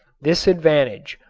this advantage,